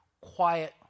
quiet